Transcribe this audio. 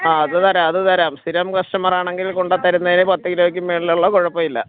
ആ അത് തരാം അത് തരാം സ്ഥിരം കസ്റ്റമർ ആണെങ്കിൽ കൊണ്ട് തരുന്നതിന് പത്ത് കിലോയ്ക്ക് മേളിലുള്ളത് കുഴപ്പം ഇല്ല